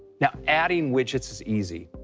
now adding widgets is easy.